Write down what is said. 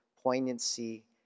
poignancy